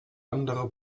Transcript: andere